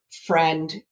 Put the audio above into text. friend